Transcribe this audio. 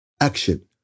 action